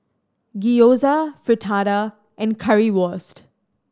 Gyoza Fritada and Currywurst